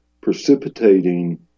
precipitating